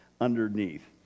underneath